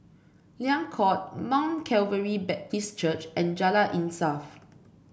Liang Court Mount Calvary Baptist Church and Jalan Insaf